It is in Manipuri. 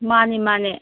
ꯃꯥꯅꯤ ꯃꯥꯅꯦ